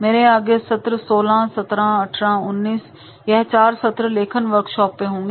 मेरे आगे के सत्र 16 17 18 19 यह चार सत्र लेखन वर्कशॉप पर होंगे